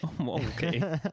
Okay